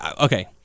Okay